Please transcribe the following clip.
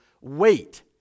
wait